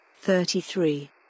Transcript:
thirty-three